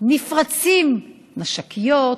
נפרצים נשקיות,